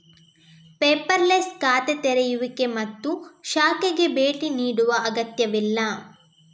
paperless ಖಾತೆ ತೆರೆಯುವಿಕೆ ಮತ್ತು ಶಾಖೆಗೆ ಭೇಟಿ ನೀಡುವ ಅಗತ್ಯವಿಲ್ಲ